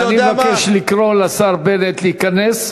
אתה יודע מה, אני מבקש לקרא לשר בנט להיכנס.